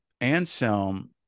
anselm